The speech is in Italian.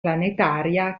planetaria